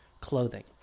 Clothing